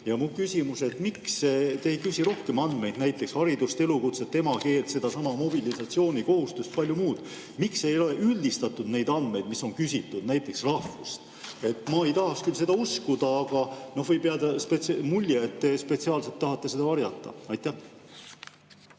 Mu küsimus on: miks te ei küsi rohkem andmeid, näiteks haridust, elukutset, emakeelt, sedasama mobilisatsioonikohustust ja palju muud. Ja miks ei ole üldistatud neid andmeid, mida on küsitud, näiteks rahvust? Ma ei taha küll seda uskuda, aga võib jääda mulje, et te spetsiaalselt tahate seda varjata. Aitäh!